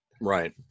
Right